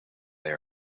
they